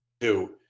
two